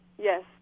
Yes